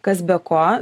kas be ko